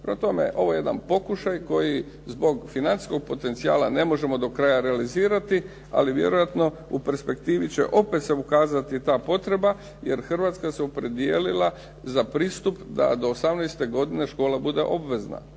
ovo je jedan pokušaj koji zbog financijskog potencijala ne možemo do kraja realizirati, ali vjerojatno u perspektivi će opet se ukazati ta potreba jer Hrvatska se opredijelila za pristup da do 18. godine škola bude obvezna,